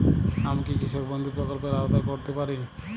আমি কি কৃষক বন্ধু প্রকল্পের আওতায় পড়তে পারি?